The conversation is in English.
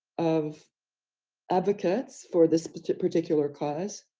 of advocates for this but particular cause.